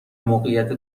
موقعیت